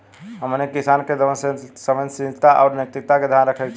हमनी के किसान के संवेदनशीलता आउर नैतिकता के ध्यान रखे के चाही